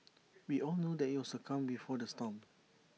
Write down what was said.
we all know that IT was the calm before the storm